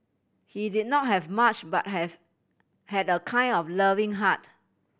he did not have much but have had a kind and loving heart